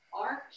arc